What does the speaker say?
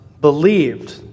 believed